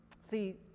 See